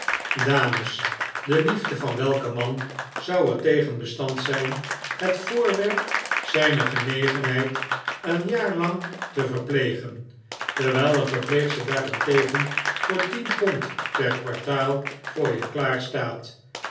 dames de liefde van welken man zou er tegen bestand zijn het voorwerp zijner genegenheid een jaar lang te verplegen terwijl een verpleegster daarentegen voor tien pond per kwartaal voor je klaar staat